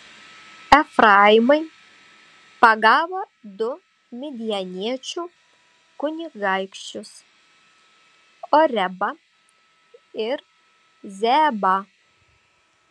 efraimai pagavo du midjaniečių kunigaikščius orebą ir zeebą